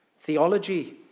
Theology